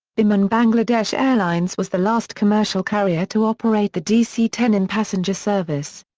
biman bangladesh airlines was the last commercial carrier to operate the dc ten in passenger service.